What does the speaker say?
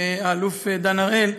האלוף דן הראל,